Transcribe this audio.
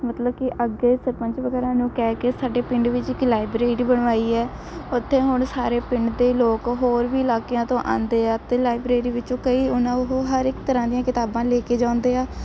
ਮਤਲਬ ਕਿ ਅੱਗੇ ਸਰਪੰਚ ਵਗੈਰਾ ਨੂੰ ਕਹਿ ਕੇ ਸਾਡੇ ਪਿੰਡ ਵਿੱਚ ਇੱਕ ਲਾਇਬ੍ਰੇਰੀ ਬਣਵਾਈ ਹੈ ਉੱਥੇ ਹੁਣ ਸਾਰੇ ਪਿੰਡ ਦੇ ਲੋਕ ਹੋਰ ਵੀ ਇਲਾਕਿਆਂ ਤੋਂ ਆਉਂਦੇ ਆ ਅਤੇ ਲਾਇਬ੍ਰੇਰੀ ਵਿੱਚੋਂ ਕਈ ਉਹਨਾਂ ਉਹ ਹਰ ਇੱਕ ਤਰ੍ਹਾਂ ਦੀਆਂ ਕਿਤਾਬਾਂ ਲੈਕੇ ਜਾਂਦੇ ਆ